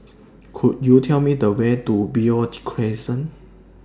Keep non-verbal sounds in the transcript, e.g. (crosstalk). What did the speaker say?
Could YOU Tell Me The Way to Beo (noise) Crescent